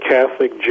Catholic